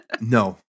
no